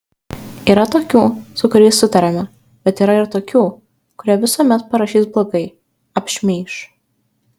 yra tokių su kuriais sutariame bet yra ir tokių kurie visuomet parašys blogai apšmeiš